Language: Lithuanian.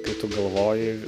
kai tu galvoji